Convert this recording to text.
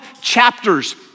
chapters